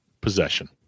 Possession